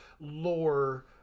lore